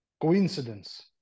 coincidence